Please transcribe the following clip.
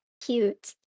cute